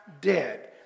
dead